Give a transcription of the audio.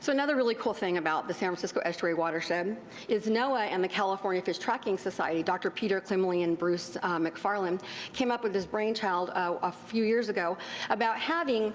so another really cool thing about the san francisco estuary watershed is noaa and the california fish tracking society, dr. peter klimley and bruce mcfarland came up with this brainchild a few years ago about having